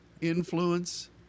influence